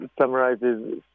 summarizes